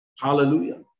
Hallelujah